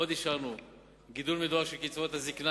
עוד אישרנו גידול מדורג של קצבאות הזיקנה